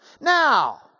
now